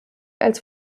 als